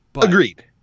Agreed